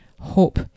hope